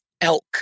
elk